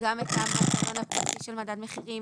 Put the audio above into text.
גם את המנגנון של מדד המחירים,